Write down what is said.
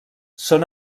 són